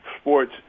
sports